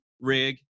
rig